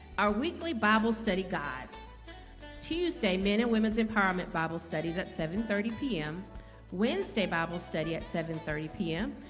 our weekly bible study guides tuesday men and women's empowerment bible studies at seven thirty p m wednesday bible study at seven thirty p m.